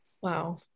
wow